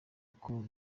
uko